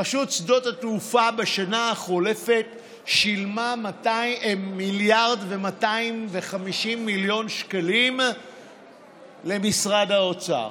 רשות שדות התעופה בשנה החולפת שילמה 1.25 מיליארד שקלים למשרד האוצר.